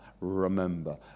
remember